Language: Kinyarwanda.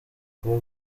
kuba